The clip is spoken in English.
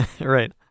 Right